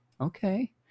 okay